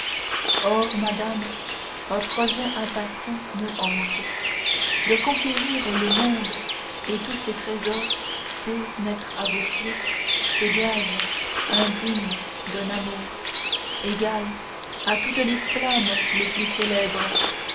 or madame un projet impatient me hante de conquérir le monde et tous ses trésors pour mettre à vos pieds ce gage indigne dun amour égal à toutes les flammes les plus célèbres